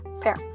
pair